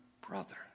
brother